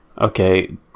okay